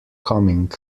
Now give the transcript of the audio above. coming